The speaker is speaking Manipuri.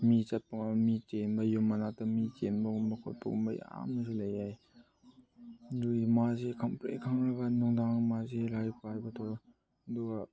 ꯃꯤ ꯆꯠꯄ ꯃꯤ ꯆꯦꯟꯕ ꯌꯨꯝ ꯃꯅꯥꯛꯇ ꯃꯤ ꯆꯦꯟꯕꯒꯨꯝꯕ ꯈꯣꯠꯄꯒꯨꯝꯕ ꯌꯥꯝꯅꯁꯨ ꯂꯩꯌꯦ ꯍꯥꯏꯌꯦ ꯑꯗꯨꯒꯤ ꯃꯥꯁꯦ ꯈꯪꯄ꯭ꯔꯦꯛ ꯈꯪꯂꯒ ꯅꯨꯡꯗꯥꯡ ꯃꯥꯁꯦ ꯂꯥꯏꯔꯤꯛ ꯄꯥꯕ ꯇꯣꯛꯑꯦ ꯑꯗꯨꯒ